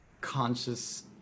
Conscious